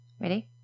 Ready